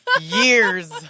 Years